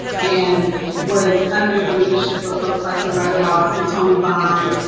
and was under the leadership of folks like loretta ross and toni bond.